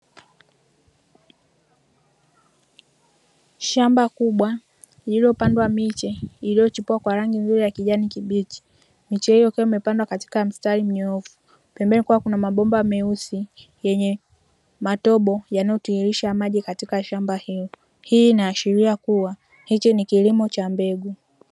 Shamba kubwa lililopandwa miche iliyochipua kwa rangi nzuri ya kijani kibichi miche hiyo ikiwa imepandwa katika mstari minyoofu pembeni kuwa kuna mabomba meusi yenye matobo yanayotiririsha maji katika shamba hilo, hii inaashiria kuwa hichi ni kilimo cha mbegu.